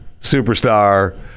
superstar